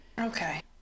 Okay